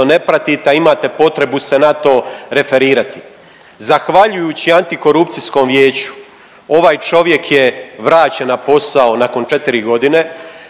ne pratite, a imate potrebu se na to referirati. Zahvaljujući Antikorupcijskom vijeću ovaj čovjek je vraćen na posao nakon 4 godine,